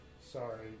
Sorry